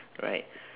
right